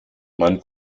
man